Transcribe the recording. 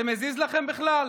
זה מזיז לכם בכלל?